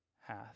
hath